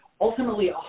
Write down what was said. Ultimately